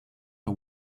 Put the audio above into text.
are